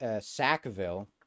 sackville